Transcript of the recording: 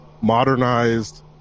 modernized